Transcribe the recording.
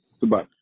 goodbye